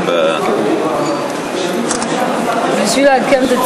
בטבת התשע"ד,